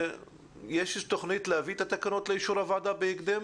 יש איזו תוכנית להביא את התקנות לאישור הוועדה בהקדם?